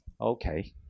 Okay